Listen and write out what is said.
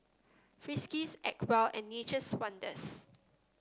Friskies Acwell and Nature's Wonders